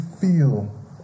feel